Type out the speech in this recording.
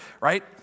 right